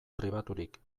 pribaturik